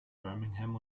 birmingham